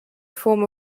form